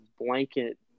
blanket